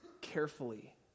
carefully